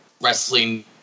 wrestling